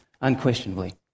unquestionably